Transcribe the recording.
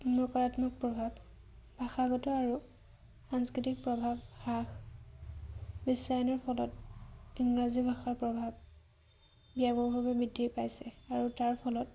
নকাৰাত্মক প্ৰভাৱ ভাষাগত আৰু সাংস্কৃতিক প্ৰভাৱ হ্ৰাস বিশ্বায়নৰ ফলত ইংৰাজী ভাষাৰ প্ৰভাৱ ব্যাপকভাৱে বৃদ্ধি পাইছে আৰু তাৰ ফলত